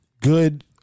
good